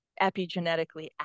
epigenetically